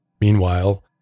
meanwhile